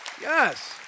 Yes